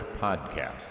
Podcast